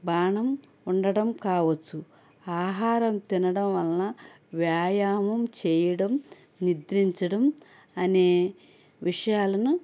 బాణం ఉండటం కావచ్చు ఆహారం తినడం వల్ల వ్యాయామం చేయడం నిద్రించడం అనే విషయాలను